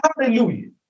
Hallelujah